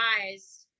eyes